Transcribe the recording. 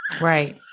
Right